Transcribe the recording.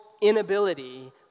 inability